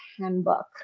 handbook